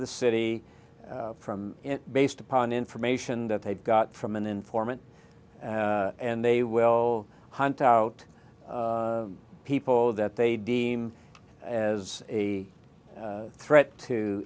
the city from based upon information that they've got from an informant and they will hunt out people that they deem as a threat to